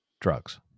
Drugs